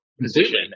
position